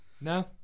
No